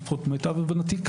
למיטב הבנתי,